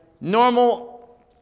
normal